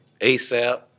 ASAP